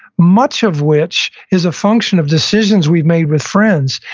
much of which is a function of decisions we've made with friends.